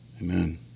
Amen